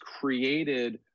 created